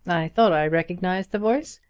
thought i recognized the voice.